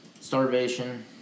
Starvation